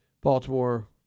Baltimore